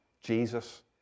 Jesus